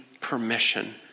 permission